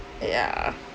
ya